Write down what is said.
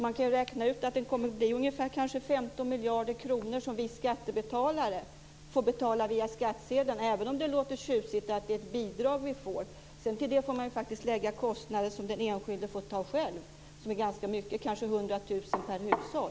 Man kan ju räkna ut att det kommer att bli ungefär 15 miljarder kronor som vi skattebetalare får betala via skattsedeln, även om det så tjusigt heter att det är ett bidrag vi får. Sedan får man lägga till de kostnader som den enskilde får ta själv. Det kan vara ganska mycket - kanske 100 000 per hushåll.